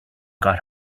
got